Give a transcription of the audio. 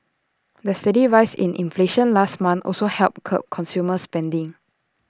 the steady rise in inflation last month also helped curb consumer spending